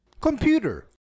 Computer